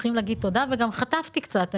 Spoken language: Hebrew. תודה, וגם חטפתי קצת.